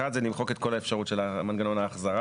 אחד, זה למחוק את כל האפשרות של מנגנון ההחזרה.